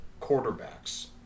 quarterbacks